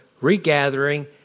regathering